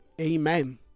amen